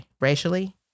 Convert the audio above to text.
racially